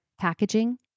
packaging